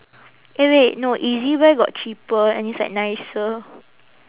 eh wait no ezbuy got cheaper and it's like nicer